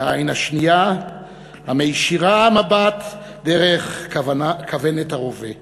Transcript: והעין השנייה המישירה מבט דרך כוונת הרובה.